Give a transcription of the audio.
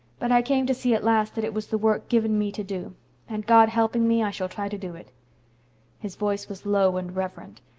but i came to see at last that it was the work given me to do and god helping me, i shall try to do it his voice was low and reverent.